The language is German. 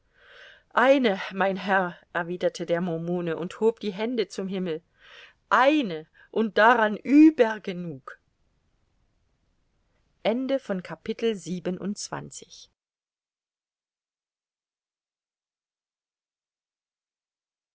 eine mein herr erwiderte der mormone und hob die hände zum himmel eine und daran übergenug